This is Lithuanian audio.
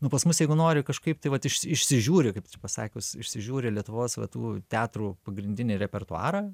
nu pas mus jeigu nori kažkaip tai vat išsižiūri kaip čia pasakius išsižiūri lietuvos va tų teatrų pagrindinį repertuarą